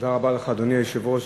אדוני היושב-ראש,